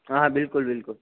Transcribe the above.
हाँ हाँ बिल्कुल बिल्कुल